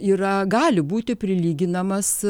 yra gali būti prilyginamas